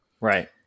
Right